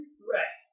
threat